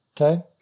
okay